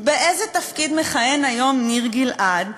באיזה תפקיד מכהן היום ניר גלעד?